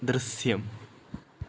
ദൃശ്യം